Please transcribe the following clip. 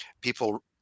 People